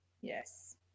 Yes